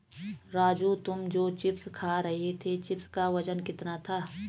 राजू तुम जो चिप्स खा रहे थे चिप्स का वजन कितना था?